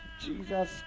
Jesus